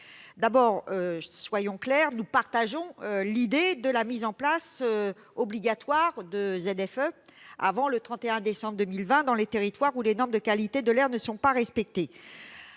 fichiers. Soyons clairs : nous partageons l'idée de la mise en place obligatoire de ZFE avant le 31 décembre 2020 dans les territoires où les normes de qualité de l'air ne sont pas respectées.